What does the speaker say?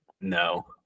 no